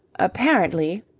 apparently.